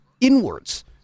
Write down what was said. inwards